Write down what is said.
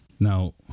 Now